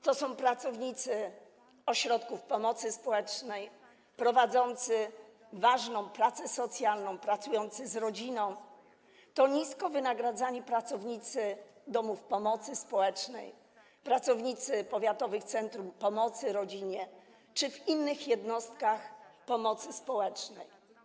To są pracownicy ośrodków pomocy społecznej wykonujący ważną pracę socjalną, pracujący z rodziną, to nisko wynagradzani pracownicy domów pomocy społecznej, powiatowych centrów pomocy rodzinie czy innych jednostek pomocy społecznej.